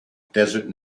desert